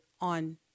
on